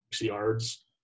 yards